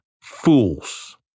fools